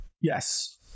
Yes